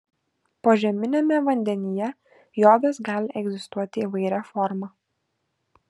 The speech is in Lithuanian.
požeminiame vandenyje jodas gali egzistuoti įvairia forma